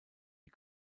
die